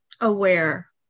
aware